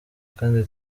kandi